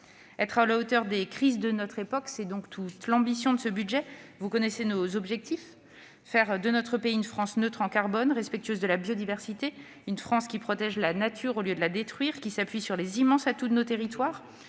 Être à la hauteur des crises de notre époque, c'est donc toute l'ambition de ce budget. Vous connaissez nos objectifs : faire de la France un pays neutre en carbone, respectueux de la biodiversité, faire de la France un pays qui protège la nature au lieu de la détruire, qui s'appuie sur les immenses atouts de nos territoires,